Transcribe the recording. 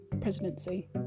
presidency